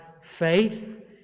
faith